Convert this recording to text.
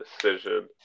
decision